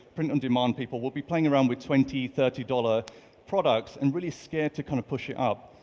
print-on-demand people will be playing around with twenty thirty dollars products and really scared to kind of push it up,